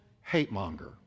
hate-monger